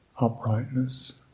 uprightness